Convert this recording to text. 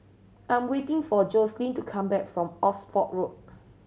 I am waiting for Joselin to come back from Oxford Road